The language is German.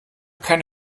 keine